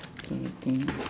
okay okay